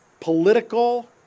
political